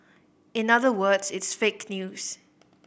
in other words it's fake news